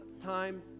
time